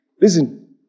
listen